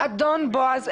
אדון בועז,